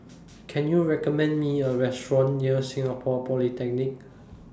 Can YOU recommend Me A Restaurant near Singapore Polytechnic